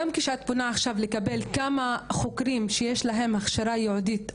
גם כשאת פונה עכשיו לברר כמה חוקרים יש שיש להם הכשרה ייעודית,